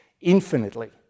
infinitely